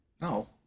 No